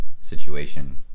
situation